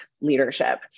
leadership